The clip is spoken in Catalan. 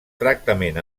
tractament